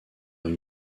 une